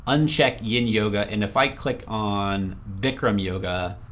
uncheck yin yoga, and if i click on bikram yoga,